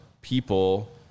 people